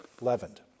leavened